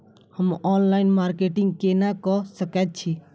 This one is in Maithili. हम ऑनलाइन मार्केटिंग केना कऽ सकैत छी?